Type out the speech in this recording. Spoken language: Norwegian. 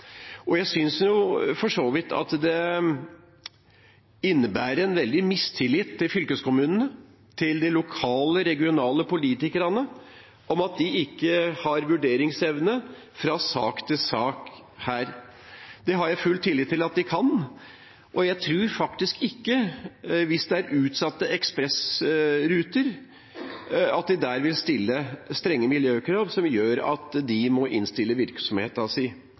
sak. Jeg synes for så vidt at det innebærer en veldig mistillit til fylkeskommunene, til de lokale, regionale politikerne – at de ikke har vurderingsevne fra sak til sak her. Det har jeg full tillit til at de har. Jeg tror faktisk at hvis det er utsatte ekspressruter, så vil de ikke stille strenge miljøkrav som gjør at de må innstille